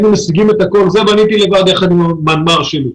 את זה בניתי לבד יחד עם המנמ"ר שלי.